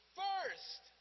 first